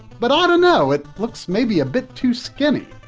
but i dunno, it looks maybe a bit too skinny.